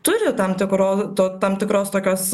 turi tam tikro to tam tikros tokios